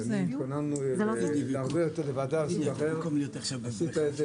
ביקשה החברה לתת שירות נוסף על השירותים המנויים בסעיף 5א(א)